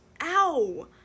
Ow